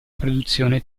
produzione